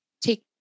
take